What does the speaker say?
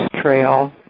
Trail